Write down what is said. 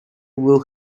will